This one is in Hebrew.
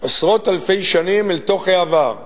עשרות אלפי שנים אל תוך העבר,